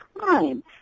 time